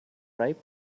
ripe